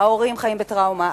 ההורים חיים בטראומה.